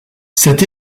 cet